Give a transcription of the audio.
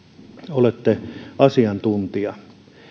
olette asiantuntija